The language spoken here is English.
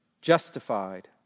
justified